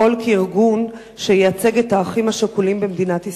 לפעול כארגון שייצג את האחים השכולים במדינת ישראל.